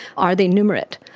are they numerate?